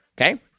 Okay